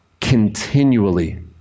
continually